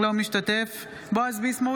אינו משתתף בהצבעה בועז ביסמוט,